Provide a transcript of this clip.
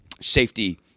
safety